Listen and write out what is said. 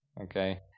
Okay